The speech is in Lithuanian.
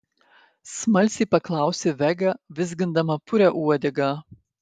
smalsiai paklausė vega vizgindama purią uodegą